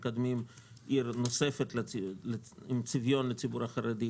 מקדמים עיר נוספת עם צביון לציבור החרדי,